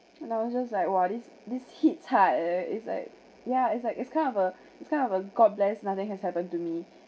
and I was just like !wah! this this hits hard ah it's like yeah it's like it's kind of a it's kind of a god bless nothing has happen to me